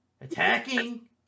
attacking